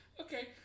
Okay